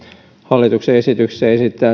hallituksen esityksessä esitetään